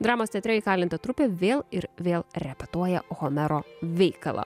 dramos teatre įkalinta trupė vėl ir vėl repetuoja homero veikalą